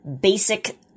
basic